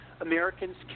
Americans